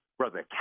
brother